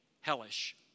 hellish